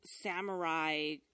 samurai